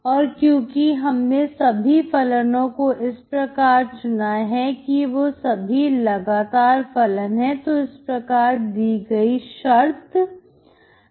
और क्योंकि हमने सभी फलनओ को इस प्रकार से चुना है कि वह सभी लगातार फलन है तो इस प्रकार दी गई शर्त संतुष्ट होती है